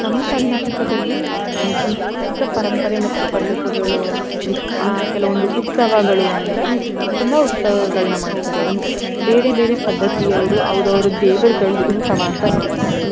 ನಮ್ಮ ಕರ್ನಾಟಕದಲ್ಲಿ ಸಾಂಸ್ಕೃತಿಕ ಪರಂಪರೆ ಮತ್ತು ಪದ್ದತಿಗಳು ಕೆಲವೊಂದು ಉತ್ಸವಗಳು ಅಂದರೆ ತುಂಬ ಉತ್ಸವಗಳನ್ನ ಮಾಡ್ತಾರೆ ಬೇರೆ ಬೇರೆ ಪದ್ಧತಿಯವರು ಅವ್ರವ್ರ ದೇವರುಗಳ್ದ್ ಉತ್ಸವ ಅಂತ ನಡೆಸ್ತಾರೆ